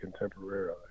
contemporarily